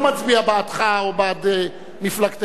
כי אני לא מצביע בעדך או בעד מפלגתך,